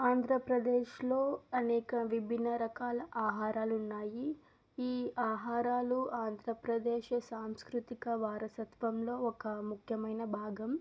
ఆంధ్రప్రదేశ్లో అనేక విభిన రకాల ఆహారాలు ఉన్నాయి ఈ ఆహారాలు ఆంధ్రప్రదేశ్ సాంస్కృతిక వారసత్వంలో ఒక ముఖ్యమైన భాగం